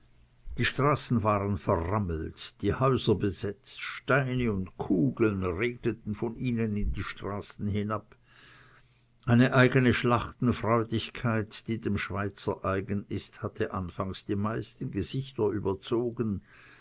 die straßen waren verrammelt die häuser besetzt steine und kugeln regneten von ihnen in die straßen herab eine eigene schlachtenfreudigkeit die dem schweizer eigen ist hatte anfangs die meisten gesichter überzogen